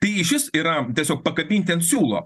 tai išvis yra tiesiog pakabinti ant siūlo